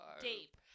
deep